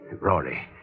Rory